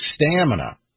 stamina